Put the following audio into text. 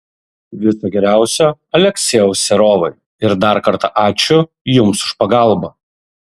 viso geriausio aleksejau serovai ir dar kartą ačiū jums už pagalbą